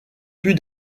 plus